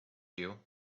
you